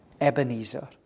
Ebenezer